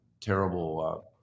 terrible